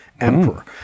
Emperor